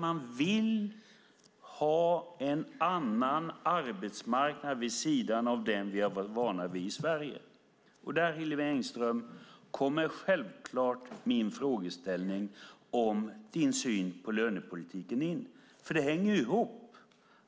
Man vill ha en annan arbetsmarknad vid sidan av den vi har varit vana vid i Sverige. Därför, Hillevi Engström, frågar jag om din syn på lönepolitiken.